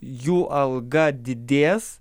jų alga didės